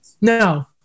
No